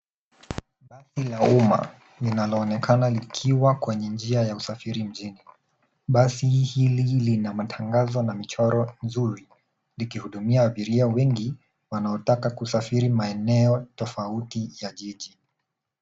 Basi la umma linaonekana likiwa kwenye njia ya usafiri mjini. Basi hili lina matangazo na michoro nzuri likihudumia abiria wengi wanaotaka kusafiri maeneo tofauti ya jiji.